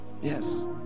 yes